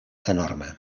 enorme